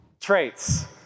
traits